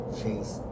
chase